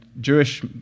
Jewish